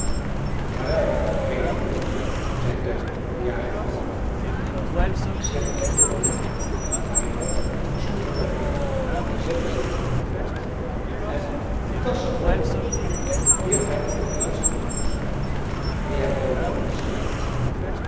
jawel krelis broer zei teun de jager vroolijk ik zel t je geven maar je mot er niet van snoepen hoor hij zette zich op den grond en de tasch openende wierp hij er eerst de hoenders uit die hij bovenop geschikt had